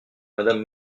madame